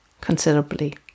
considerably